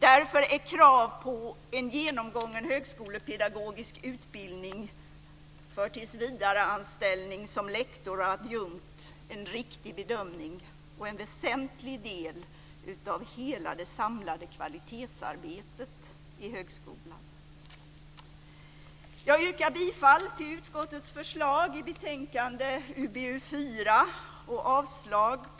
Därför är krav på en genomgången högskolepedagogisk utbildning för tillsvidareanställning som lektor och adjunkt en riktig bedömning och en väsentlig del av hela det samlade kvalitetsarbetet i högskolan. Jag yrkar bifall till utskottets förslag i betänkande Fru talman!